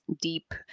deep